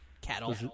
Cattle